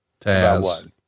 Taz